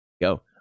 Go